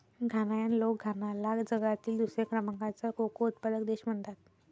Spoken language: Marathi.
घानायन लोक घानाला जगातील दुसऱ्या क्रमांकाचा कोको उत्पादक देश म्हणतात